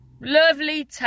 Lovely